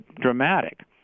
dramatic